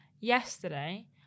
yesterday